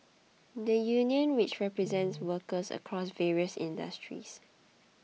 the union which represents workers across various industries